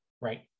Right